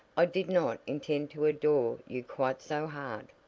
i did not intend to adore you quite so hard.